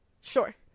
sure